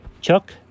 Chuck